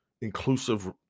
inclusive